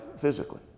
physically